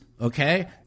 okay